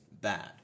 Bad